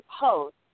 post